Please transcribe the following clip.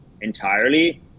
entirely